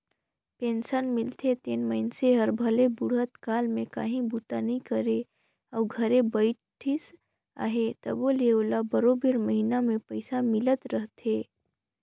pension मिलथे तेन मइनसे हर भले बुढ़त काल में काहीं बूता नी करे अउ घरे बइठिस अहे तबो ले ओला बरोबेर महिना में पइसा मिलत रहथे